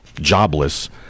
jobless